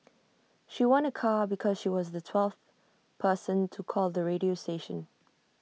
she won A car because she was the twelfth person to call the radio station